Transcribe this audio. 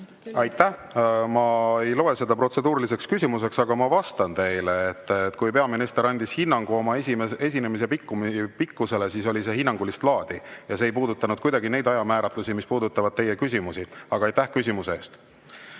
Aitäh! Ma ei loe seda protseduuriliseks küsimuseks, aga ma vastan teile. Kui peaminister andis hinnangu oma esinemise pikkusele, siis oli see hinnangulist laadi ja see ei puudutanud kuidagi neid ajamääratlusi, mis puudutavad teie küsimust. Aga aitäh küsimuse eest! Kas